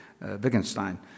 Wittgenstein